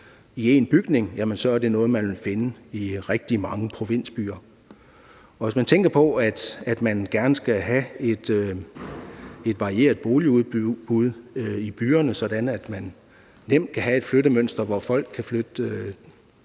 i én bygning, jamen så er det noget, man vil finde i rigtig mange provinsbyer. Hvis man tænker på, at man gerne skal have et varieret boligudbud i byerne, sådan at man nemt kan have et flyttemønster, hvor folk kan flytte,